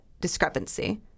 discrepancy